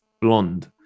Blonde